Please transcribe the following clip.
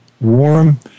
warm